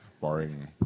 barring